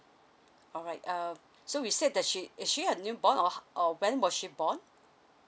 alright err so we said that she is she a new born or or when was she born